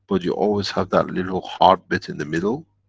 but you always have that little hard bit in the middle,